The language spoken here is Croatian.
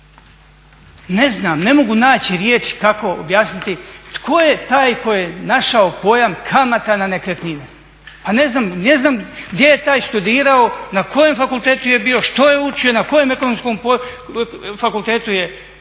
Ne znam, ne mogu naći riječ kako objasniti tko je taj koji je našao pojam kamata na nekretninu. Pa ne znam gdje je taj studirao, na kojem fakultetu je bio, što je učio, na kojem ekonomsku je fakultetu je